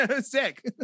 Sick